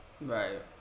Right